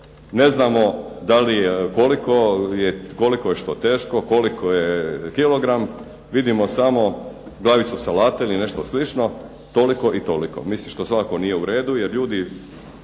ne znamo koliko je što teško, koliko je kilogram. Vidimo samo glavicu salate ili nešto slično toliko i toliko, mislim što svakako nije u redu jer ljudi